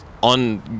On